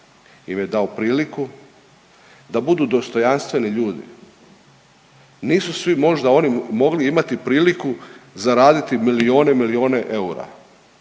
im je dao priliku da budu dostojanstveni ljudi. Nisu svi možda oni mogli imati priliku zaraditi milijune, milijune eura.